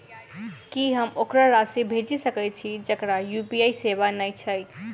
की हम ओकरा राशि भेजि सकै छी जकरा यु.पी.आई सेवा नै छै?